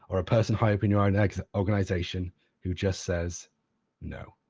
or a person higher up in your own organisation who just says no.